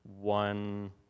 one